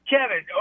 Kevin